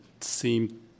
seem